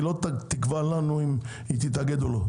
היא לא תקבע לנו אם היא תתאגד או לא.